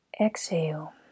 Exhale